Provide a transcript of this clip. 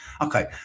Okay